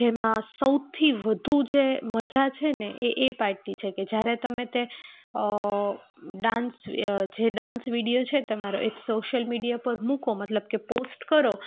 જેમાં સૌથી વધુ જે મજા છે ને એ એ પાર્ટની છે કે જ્યારે તમે તે ડાન્સ જે ડાન્સ વીડિયો છે તમારો એ સોશિયલ મીડિયા પર મૂકો મતલબ કે પોસ્ટ કરો